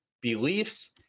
beliefs